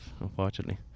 unfortunately